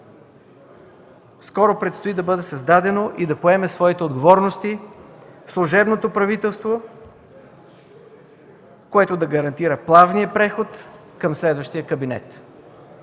Скоро предстои да бъде създадено и да поеме своите отговорности служебното правителство, което да гарантира плавния преход към следващия кабинет.